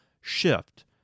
shift